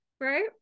Right